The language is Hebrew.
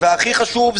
והכי חשוב,